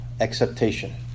acceptation